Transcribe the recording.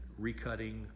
recutting